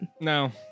No